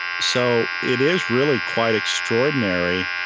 so it is really quite extraordinary.